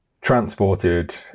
transported